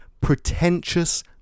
pretentious